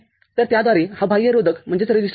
तर त्याद्वारे हा बाह्य रोधक आहे